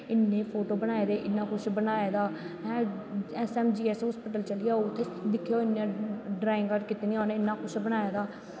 इन्ने फोटो बनाए दे इन्ना कुश बनाए दा जी ऐम सी हस्पिटल चली जाओ उत्थें दिक्खेआ इन्नी ड्राईंगा कीती दियां इन्ना कुश कीते दा